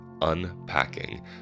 unpacking